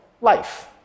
life